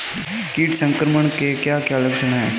कीट संक्रमण के क्या क्या लक्षण हैं?